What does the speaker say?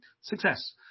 success